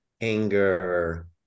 anger